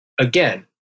again